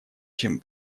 чем